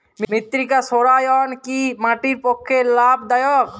মৃত্তিকা সৌরায়ন কি মাটির পক্ষে লাভদায়ক?